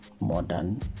modern